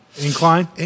incline